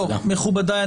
מכובדי,